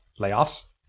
Layoffs